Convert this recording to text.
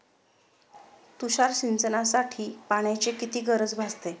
तुषार सिंचनासाठी पाण्याची किती गरज भासते?